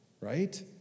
right